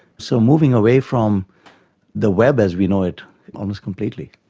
so, moving away from the web as we know it almost completely.